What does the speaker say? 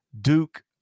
Duke-